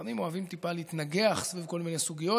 לפעמים אוהבים טיפה להתנגח סביב כל מיני סוגיות,